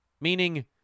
Meaning